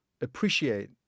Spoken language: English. appreciate